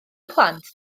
plant